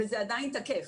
נכון, וזה עדיין תקף.